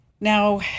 Now